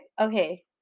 okay